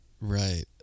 Right